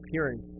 appearance